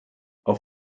auf